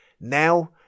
Now